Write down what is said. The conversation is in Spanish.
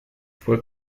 fue